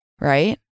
right